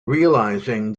realizing